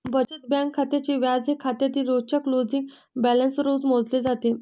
बचत बँक खात्याचे व्याज हे खात्यातील रोजच्या क्लोजिंग बॅलन्सवर रोज मोजले जाते